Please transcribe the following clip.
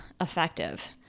effective